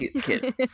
kids